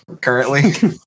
currently